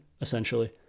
essentially